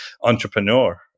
entrepreneur